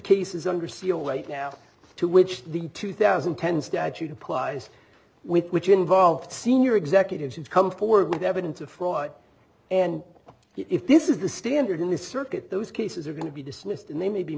now to which the two thousand and ten statute applies with which involved senior executives who come forward with evidence of fraud and if this is the standard in the circuit those cases are going to be dismissed and they may be